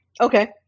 Okay